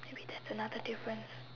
maybe that's another difference